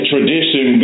tradition